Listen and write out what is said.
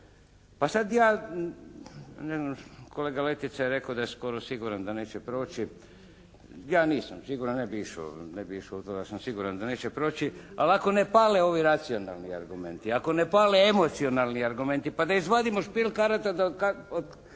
Pa sad ja kolega Letica je rekao da je skoro siguran da neće proći. Ja nisam siguran ne bi išao u to da sam siguran da neće proći. Ali ako pale ovi racionalni argumenti, ako ne pale emocionalni argumenti, pa da izvadimo špil karata pa